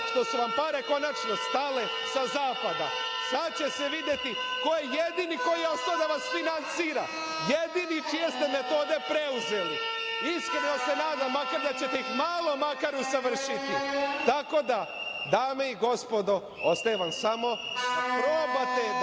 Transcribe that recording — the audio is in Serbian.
što su vam pare konačno stale sa zapada. Sada će se videti ko je jedini koji je ostao da vas finansira. Jedini čije ste metode preuzeli. Iskreno se nadam da ćete ih malo makar usavršiti. Tako da, dame i gospodo, ostaje vam samo da probate da